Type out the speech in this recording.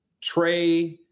Trey